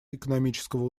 экономического